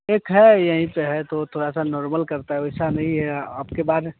ठीक है यहीं से है तो थोड़ा सा नॉर्मल करता वैसा नहीं है आपके बाद